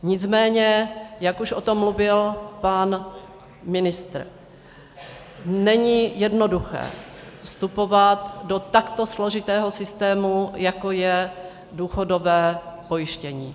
Nicméně jak už o tom mluvil pan ministr, není jednoduché vstupovat do takto složitého systému, jako je důchodové pojištění.